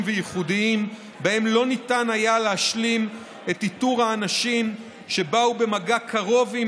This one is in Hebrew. וייחודיים שבהם לא ניתן היה להשלים את איתור האנשים שבאו במגע קרוב עם